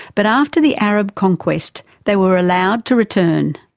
but after the arab conquest, they were allowed to return.